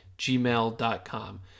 gmail.com